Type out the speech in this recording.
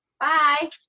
Bye